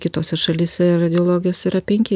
kitose šalyse radiologijos yra penki